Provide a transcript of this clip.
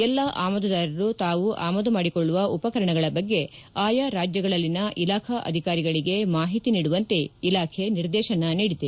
ಎಲ್ಲಾ ಆಮದುದಾರರು ತಾವು ಆಮದುಮಾಡಿಕೊಳ್ಳುವ ಉಪಕರಣಗಳ ಬಗ್ಗೆ ಆಯಾ ರಾಜ್ಯಗಳಲ್ಲಿನ ಇಲಾಖಾ ಅಧಿಕಾರಿಗಳಿಗೆ ಮಾಹಿತಿ ನೀಡುವಂತೆ ಇಲಾಖೆ ನಿರ್ದೇಶನ ನೀಡಿದೆ